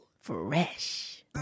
fresh